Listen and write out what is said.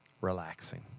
Relaxing